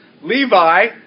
Levi